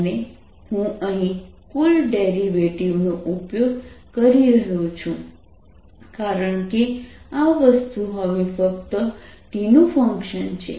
અને હું અહીં કુલ ડેરિવેટિવ નો ઉપયોગ કરી રહ્યો છું કારણ કે આ વસ્તુ હવે ફક્ત t નું ફંકશન છે